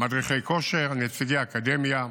מדריכי כושר, נציגי האקדמיה,